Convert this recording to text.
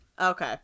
Okay